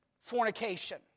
fornication